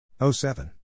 07